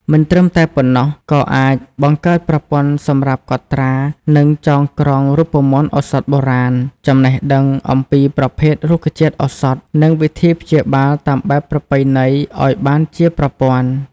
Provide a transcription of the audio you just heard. មិនត្រឹមតែប៉ុណ្ណោះ ក័អាចបង្កើតប្រព័ន្ធសម្រាប់កត់ត្រា និងចងក្រងរូបមន្តឱសថបុរាណ ចំណេះដឹងអំពីប្រភេទរុក្ខជាតិឱសថ និងវិធីព្យាបាលតាមបែបប្រពៃណីឲ្យបានជាប្រព័ន្ធ។